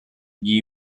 gli